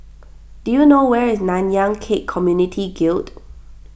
do you know where is Nanyang Khek Community Guild